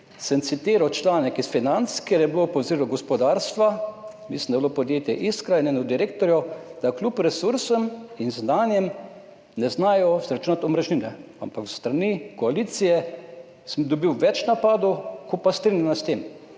citiral članek iz Financ, kjer je bil poziv gospodarstva, mislim, da je bilo podjetje Iskra in eden od direktorjev, da kljub resursom in znanjem ne znajo izračunati omrežnine. Ampak s strani koalicije sem dobil več napadov kot pa strinjanj s tem.